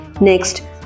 next